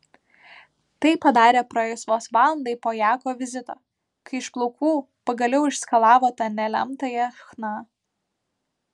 tai padarė praėjus vos valandai po jako vizito kai iš plaukų pagaliau išskalavo tą nelemtąją chna